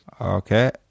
okay